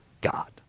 God